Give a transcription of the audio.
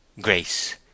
Grace